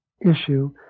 issue